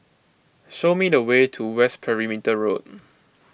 show me the way to West Perimeter Road